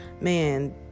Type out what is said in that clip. man